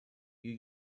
you